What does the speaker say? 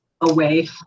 Away